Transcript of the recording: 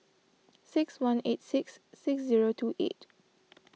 six one eight six six zero two eight